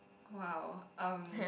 !wow! um